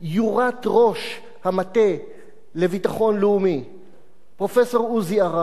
יורט ראש המטה לביטחון לאומי פרופסור עוזי ארד,